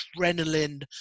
adrenaline